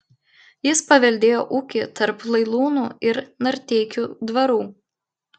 jis paveldėjo ūkį tarp lailūnų ir narteikių dvarų